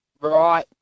right